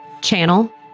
channel